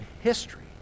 history